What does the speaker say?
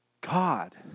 God